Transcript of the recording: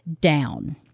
down